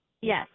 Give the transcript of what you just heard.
yes